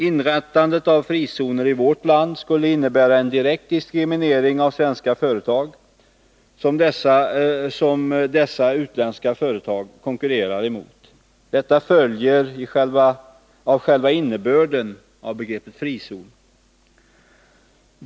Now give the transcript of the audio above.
Inrättandet av frizoner i vårt land skulle innebära en direkt diskriminering av svenska företag, som dessa utländska företag konkurrerar med. Detta följer av själva innebörden av begreppet frizon.